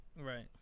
right